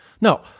no –